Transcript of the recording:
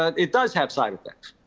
it does have side effects.